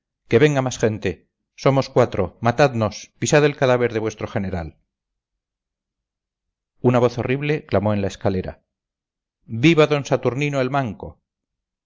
que venga más gente somos cuatro matadnos pisad el cadáver de vuestro general una voz horrible clamó en la escalera viva d saturnino el manco